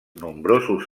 nombrosos